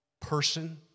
person